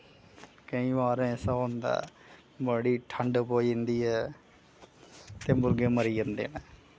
केईं वार ऐसा होंदा बड़ी ठंड पेई जंदी ऐ ते मुर्गे मरी जंदे न